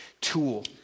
tool